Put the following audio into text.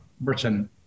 Britain